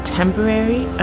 temporary